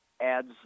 adds